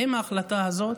האם ההחלטה הזאת